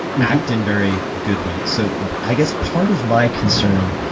act in very good ways. so i guess part of my concern,